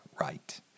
right